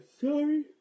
sorry